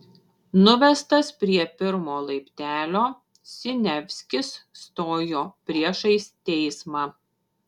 nuvestas prie pirmo laiptelio siniavskis stojo priešais teismą